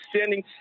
standing